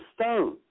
stone